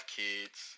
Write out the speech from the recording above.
kids